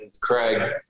Craig